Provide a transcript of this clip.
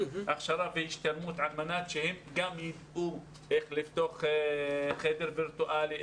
הכשרה והשתלמות על מנת שהם ידעו איך לפתוח חדר וירטואלי,